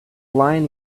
line